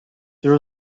there